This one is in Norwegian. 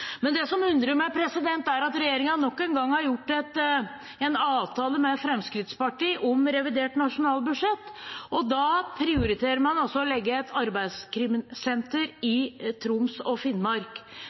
Det som undrer meg, er at regjeringen nok en gang har gjort en avtale med Fremskrittspartiet om revidert nasjonalbudsjett, og da prioriterer man å legge et arbeidskrimsenter